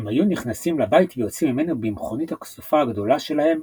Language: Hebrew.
הם היו נכנסים לבית ויוצאים ממנו במכונית הכסופה הגדולה שלהם,